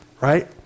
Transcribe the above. right